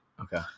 Okay